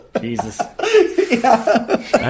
Jesus